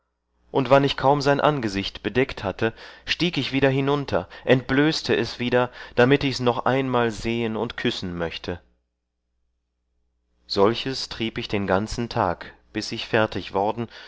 und wann ich kaum sein angesicht bedeckt hatte stieg ich wieder hinunter entblößte es wieder damit ichs noch einmal sehen und küssen möchte solches trieb ich den ganzen tag bis ich fertig worden